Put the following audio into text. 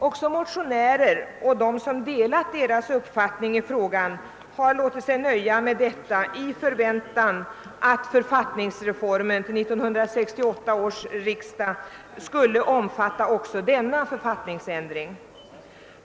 även motionärer och de som delat deras uppfattning i frågan har låtit sig nöja med detta i förväntan att författningsreformen för 1968 års riksdag skulle omfatta också denna författningsändring.